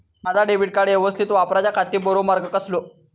माजा debit card यवस्तीत वापराच्याखाती बरो मार्ग कसलो?